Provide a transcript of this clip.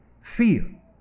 fear